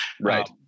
Right